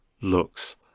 looks